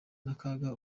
n’akaga